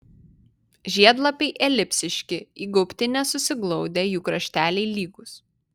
žiedlapiai elipsiški įgaubti nesusiglaudę jų krašteliai lygūs